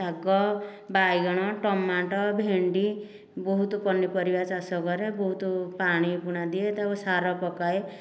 ଶାଗ ବାଇଗଣ ଟମାଟୋ ଭେଣ୍ଡି ବହୁତ ପନିପରିବା ଚାଷ କରେ ବହୁତ ପାଣି ପୁଣା ଦିଏ ତାକୁ ସାର ପକାଏ